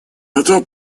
это